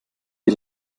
wie